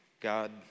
God